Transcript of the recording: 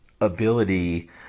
ability